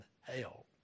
hell